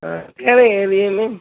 त कहिड़े एरिए में